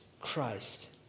Christ